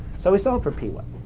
so we solve for p one.